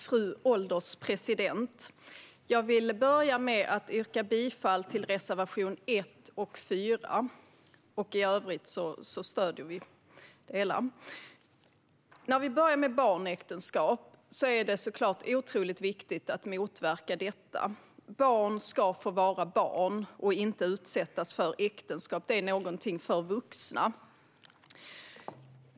Fru ålderspresident! Jag vill börja med att yrka bifall till reservationerna 1 och 4. I övrigt stöder vi förslaget i betänkandet. När det gäller barnäktenskap är det såklart otroligt viktigt att motverka den företeelsen. Barn ska få vara barn och inte utsättas för äktenskap som är någonting för vuxna.